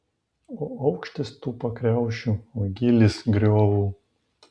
o aukštis tų pakriaušių o gylis griovų